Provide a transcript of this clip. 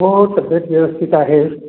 हो हो तब्येत व्यवस्थित आहे